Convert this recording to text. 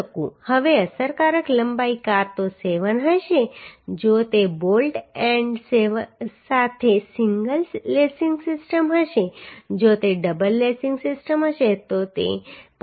હવે અસરકારક લંબાઈ કાં તો 7 હશે જો તે બોલ્ટ એન્ડ સાથે સિંગલ લેસિંગ સિસ્ટમ હશે જો તે ડબલ લેસિંગ સિસ્ટમ હશે તો તે 0